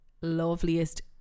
loveliest